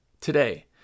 today